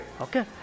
okay